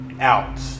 out